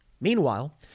Meanwhile